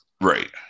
Right